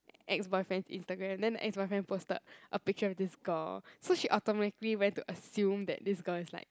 ex-boyfriend's Instagram then the ex-boyfriend posted a picture of this girl so she automatically went to assume that this girl is like